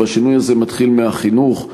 והשינוי הזה מתחיל מהחינוך.